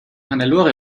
hannelore